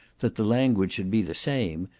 that the language should be the same,